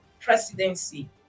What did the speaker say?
presidency